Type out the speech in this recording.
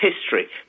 history